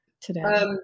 today